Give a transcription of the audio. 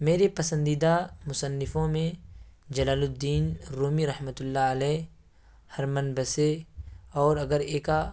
میرے پسندیدہ مصنفوں میں جلال الدین رومی رحمۃ اللہ علیہ ہرمن ہسے اور اگر ایکا